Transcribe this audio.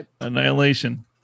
Annihilation